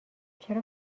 چرا